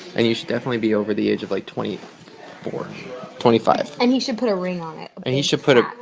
and you should definitely be over the age of, like, twenty four twenty five. and you should put a ring on it. but and you should put a.